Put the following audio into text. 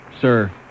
Sir